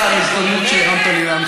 16 מנדטים אתה יכול,